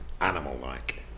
animal-like